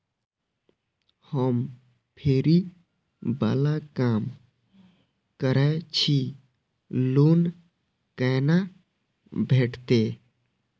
हम फैरी बाला काम करै छी लोन कैना भेटते?